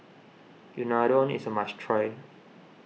Unadon is a must try